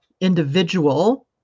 individual